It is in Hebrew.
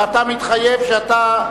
ואתה מתחייב שאתה,